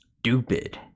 Stupid